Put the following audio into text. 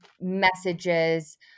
messages